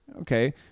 Okay